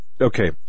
okay